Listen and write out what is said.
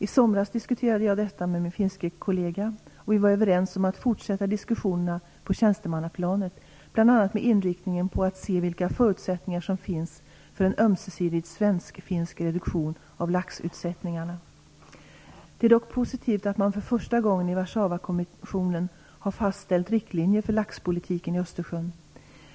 I somras diskuterade jag detta med min finländska kollega, och vi var överens om att fortsätta diskussionerna på tjänstemannaplanet, bl.a. med inriktningen att se vilka förutsättningar som finns för en ömsesidig svensk-finsk reduktion av laxutsättningarna. Det är dock positivt att man för första gången i Warszawakommissionen har fastställt riktlinjer för laxpolitiken i Östersjön.